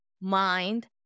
mind